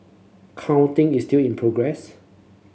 counting is still in progress